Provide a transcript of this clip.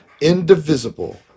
indivisible